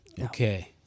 Okay